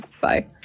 Bye